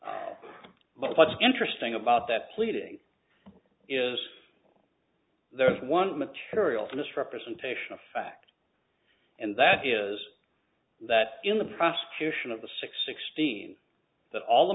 but what's interesting about that pleading is there is one material misrepresentation of fact and that is that in the prosecution of the six sixteen that all the